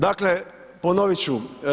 Dakle, ponovit ću.